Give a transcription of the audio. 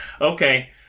Okay